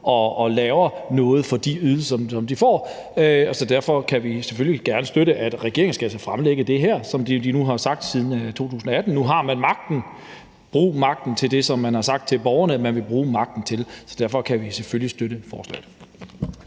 og laver noget for ydelser, som de får. Så derfor kan vi selvfølgelig gerne støtte, at regeringen altså her skal fremlægge det, som de nu har sagt siden 2018. Nu har man magten. Brug magten til det, som man har sagt til borgerne man vil bruge magten til. Derfor kan vi selvfølgelig støtte forslaget.